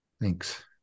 Thanks